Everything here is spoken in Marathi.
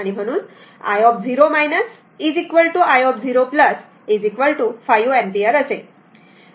तर i0 i0 5 अँपिअर असेल